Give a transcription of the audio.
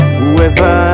Whoever